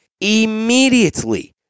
immediately